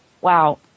wow